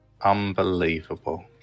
Unbelievable